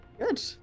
good